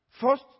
First